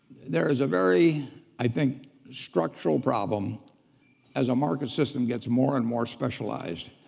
there is a very i think structural problem as a market system gets more and more specialized.